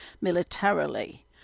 militarily